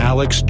Alex